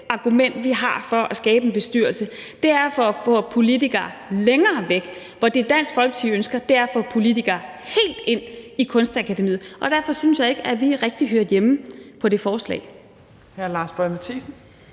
argument, vi har, for at skabe en bestyrelse, nemlig at få politikere længere væk, mens det, Dansk Folkeparti ønsker, er at få politikere helt ind i Kunstakademiet. Derfor synes jeg ikke, at vi rigtig hørte hjemme i det forslag.